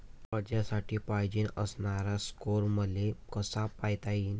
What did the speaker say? कर्जासाठी पायजेन असणारा स्कोर मले कसा पायता येईन?